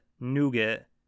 nougat